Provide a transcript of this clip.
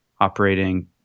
operating